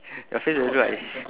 your face really look like